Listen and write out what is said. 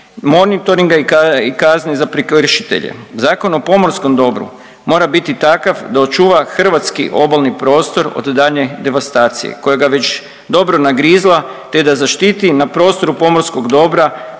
monitoringa i kazni za prekršitelje. Zakon o pomorskom dobru mora biti takav da očuva hrvatski obalni prostor od daljnje devastacije koje ga već dobro nagrizla te da zaštiti i na prostoru pomorskog dobra